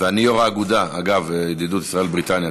אגב, אני יו"ר אגודת הידידות ישראל בריטניה.